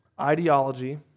Ideology